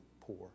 poor